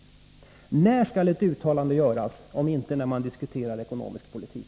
När skall ett uttalande göras, om inte när man diskuterar ekonomisk politik?